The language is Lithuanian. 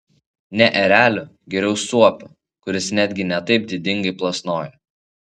ne ereliu geriau suopiu kuris netgi ne taip didingai plasnoja